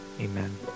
Amen